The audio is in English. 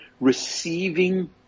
receiving